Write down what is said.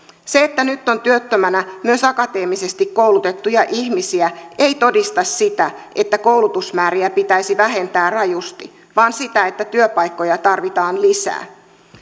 se että nyt on työttömänä myös akateemisesti koulutettuja ihmisiä ei todista sitä että koulutusmääriä pitäisi vähentää rajusti vaan sitä että työpaikkoja tarvitaan lisää